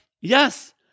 yes